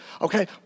Okay